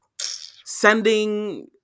sending